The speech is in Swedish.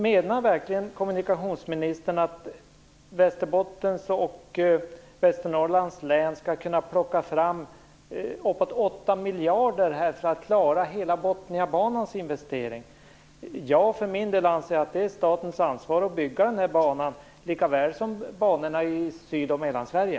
Menar verkligen kommunikationsministern att Västerbottens och Västernorrlands län skall kunna plocka fram uppemot 8 miljarder kronor för att klara hela Botniabanans investering? För min del anser jag att det är statens ansvar att bygga den här banan, lika väl som banorna i Syd och Mellansverige.